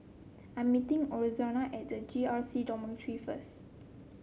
I'm meeting Izora at the J R C Dormitory first